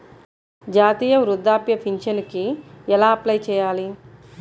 జాతీయ వృద్ధాప్య పింఛనుకి ఎలా అప్లై చేయాలి?